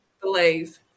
Believe